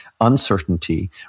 uncertainty